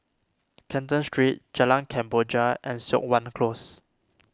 Canton Street Jalan Kemboja and Siok Wan Close